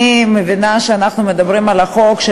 אני מבינה שאנחנו מדברים על החוק של